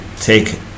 take